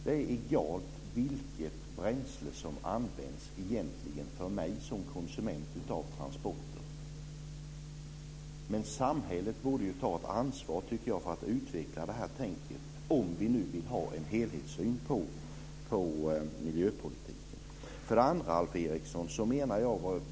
Det är egentligen egalt för mig som konsument av transporter vilket bränsle som används. Men jag tycker att samhället borde ta ett ansvar för att utveckla detta tänkesätt, om vi nu vill ha en helhetssyn på miljöpolitiken.